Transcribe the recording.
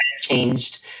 changed